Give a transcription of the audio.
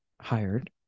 hired